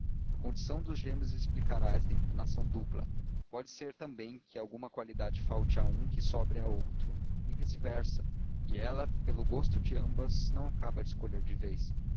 a condição dos gêmeos explicará esta inclinação dupla pode ser também que alguma qualidade falte a um que sobre a outro e vice-versa e ela pelo gosto de ambas não acaba de escolher de vez